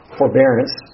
forbearance